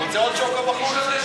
רוצה עוד שוקו בחוץ?